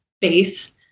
base